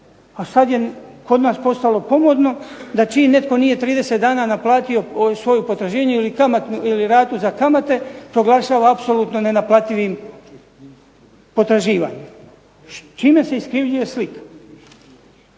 A sada je kod nas postalo pomodno da čim netko nije 30 dana naplatio svoju potraživanje ili ratu za kamate, proglašava apsolutno nenaplativim potraživanjem s čime se iskrivljuje slika.